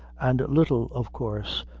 and little, of course,